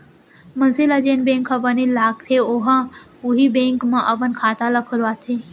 मनसे ल जेन बेंक ह बने लागथे ओहर उहीं बेंक म अपन खाता ल खोलवाथे